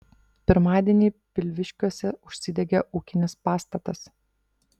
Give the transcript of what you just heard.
pirmadienį pilviškiuose užsidegė ūkinis pastatas